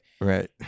Right